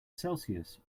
celsius